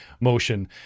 motion